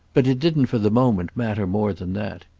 but it didn't for the moment matter more than that.